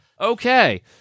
Okay